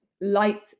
light